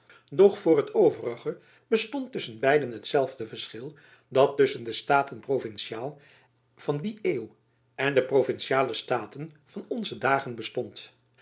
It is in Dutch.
doch voor t overige bestond tusschen beiden hetzelfde verschil dat tusschen de staten provinciaal van die eeuw en de provinciale staten van onze jacob van lennep elizabeth musch dagen bestond